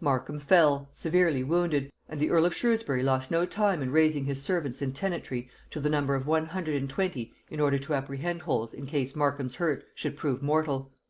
markham fell, severely wounded, and the earl of shrewsbury lost no time in raising his servants and tenantry to the number of one hundred and twenty in order to apprehend holles in case markham's hurt should prove mortal.